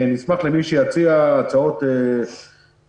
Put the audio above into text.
נשמח למי שיציע הצעות מהאקדמיה,